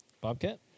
Bobcat